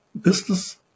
business